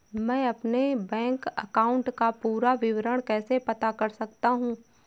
मैं अपने bank account का पूरा विवरण कैसे पता कर सकता हूँ?